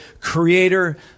creator